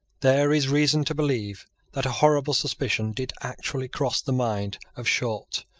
there is reason to believe that a horrible suspicion did actually cross the mind of short,